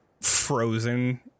frozen